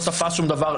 לא תפס שום דבר,